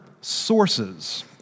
sources